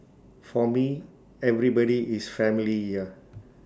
for me everybody is family here